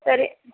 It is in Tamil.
சரி